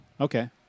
Okay